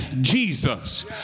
Jesus